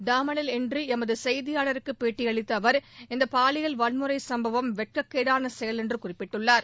டாமனில் இன்று எமது செய்தியாளருக்கு பேட்டியளித்த அவர் இந்த பாலியல் வன்முறைச் சுப்பவம் வெட்கக்கேடான செயல் என்று குறிப்பிட்டார்